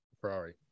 Ferrari